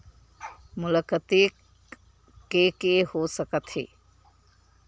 मोला कतेक के के हो सकत हे?